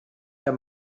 der